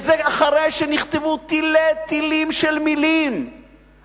וזה אחרי שנכתבו תלי תלים של מלים